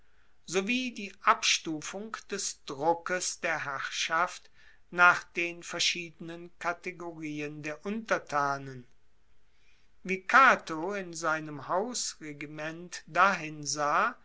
sowie die abstufung des druckes der herrschaft nach den verschiedenen kategorien der untertanen wie cato in seinem hausregiment dahin sah